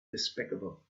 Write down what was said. despicable